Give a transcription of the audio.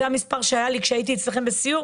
זה המספר שזכרתי כשהייתי אצלכם בסיור,